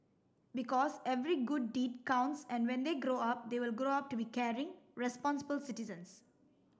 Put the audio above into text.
because every good deed counts and when they grow up they will grow up to be caring responsible citizens